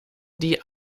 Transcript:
die